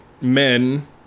men